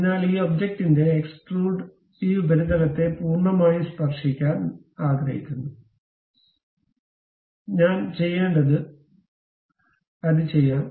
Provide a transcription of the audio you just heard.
അതിനാൽ ഈ ഒബ്ജക്റ്റിന്റെ എക്സ്ട്രൂഡ് ഈ ഉപരിതലത്തെ പൂർണ്ണമായും സ്പർശിക്കാൻ നമ്മൾ ആഗ്രഹിക്കുന്നു ഞാൻ ചെയ്യേണ്ടത് അത് ചെയ്യാൻ